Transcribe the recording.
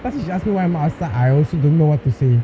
cause if she asked me why am I outside I also don't know what to say